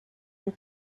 and